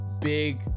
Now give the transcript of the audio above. big